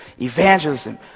evangelism